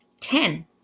ten